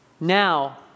Now